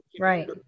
right